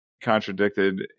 contradicted